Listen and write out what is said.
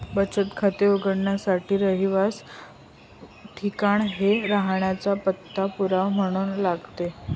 बचत खाते उघडण्यासाठी रहिवासाच ठिकाण हे राहण्याचा पत्ता पुरावा म्हणून लागतो